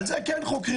על זה כן חוקרים.